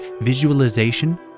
visualization